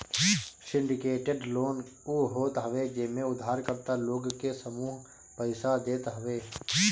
syndicated loan उ होत हवे जेमे उधारकर्ता लोग के समूह पईसा देत हवे